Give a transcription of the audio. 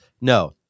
No